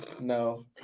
No